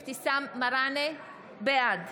מראענה, בעד